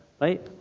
right